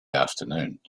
afternoon